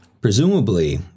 Presumably